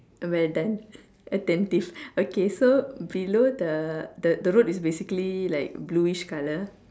we are done attentive okay so below the the the road is basically like blueish colour